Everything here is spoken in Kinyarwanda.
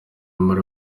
muri